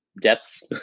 depths